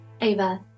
Ava